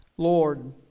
Lord